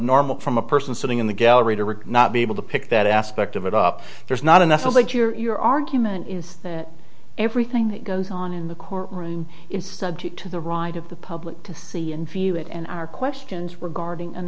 normal from a person sitting in the gallery to rick not be able to pick that aspect of it up there's not enough so that your argument is that everything that goes on in the courtroom is subject to the right of the public to see and view it and our questions regarding an